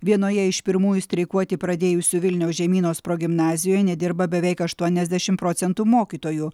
vienoje iš pirmųjų streikuoti pradėjusių vilniaus žemynos progimnazijoje nedirba beveik aštuoniasdešimt procentų mokytojų